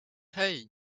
hey